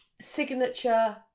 signature